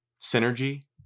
Synergy